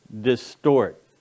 distort